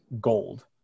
gold